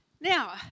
Now